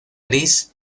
gris